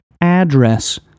address